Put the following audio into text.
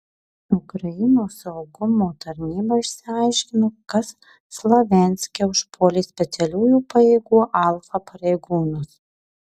ukrainos saugumo tarnyba išsiaiškino kas slavianske užpuolė specialiųjų pajėgų alfa pareigūnus